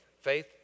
faith